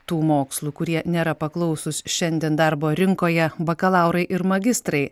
tų mokslų kurie nėra paklausūs šiandien darbo rinkoje bakalaurai ir magistrai